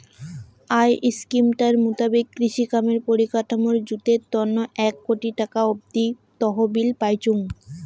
I স্কিমটার মুতাবিক কৃষিকামের পরিকাঠামর জুতের তন্ন এক কোটি টাকা অব্দি তহবিল পাইচুঙ